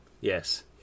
Yes